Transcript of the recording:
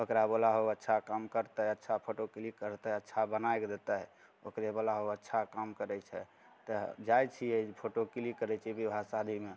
ओकरा बोलाहो अच्छा काम करतै अच्छा फोटो क्लिक करतै अच्छा बनाइके देतै ओकरे बोलाहो अच्छा काम करैत छै तऽ जाइत छियै फोटो क्लिक करैत छियै बिबाह शादीमे